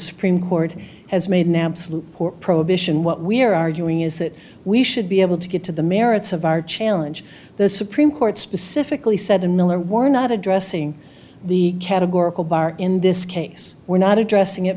supreme court has made knapp's loop or prohibition what we're arguing is that we should be able to get to the merits of our challenge the supreme court specifically said the miller war not addressing the categorical bar in this case we're not addressing it